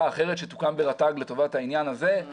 אחרת שתוקם ברת"ג לטובת העניין הזה אבל